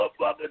motherfucker